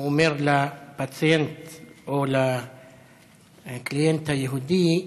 הוא אומר לפציינט או לקלינט היהודי: